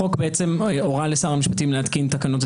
החוק הורה לשר המשפטים להתקין תקנות.